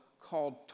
called